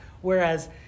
Whereas